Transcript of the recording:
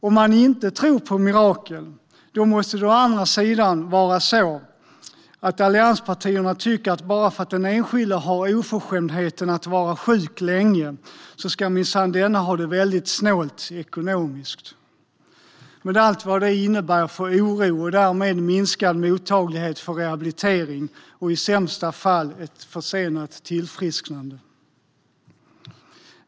Och om nu allianspartierna inte tror på mirakel måste de i stället tycka att bara för att den enskilde har oförskämdheten att vara sjuk länge ska minsann denne ha det väldigt snålt ekonomiskt, med allt vad det innebär av oro och därmed minskad mottaglighet för rehabilitering och i sämsta fall ett försenat tillfrisknande.